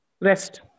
rest